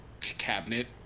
cabinet